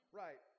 right